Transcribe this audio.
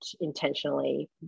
intentionally